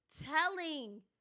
telling